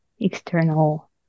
external